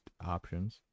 options